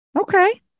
Okay